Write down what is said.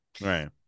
right